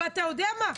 אתה יודע מה?